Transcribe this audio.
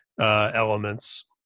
elements